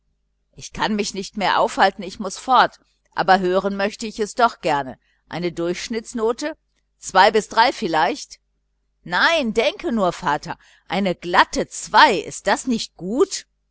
ich kann mich nicht mehr aufhalten ich muß fort aber hören möchte ich es doch noch gerne eine durchschnittsnote von allen sechsen zwei bis drei vielleicht nein denke nur vater eins bis zwei ist das nicht gut